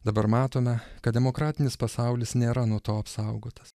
dabar matome kad demokratinis pasaulis nėra nuo to apsaugotas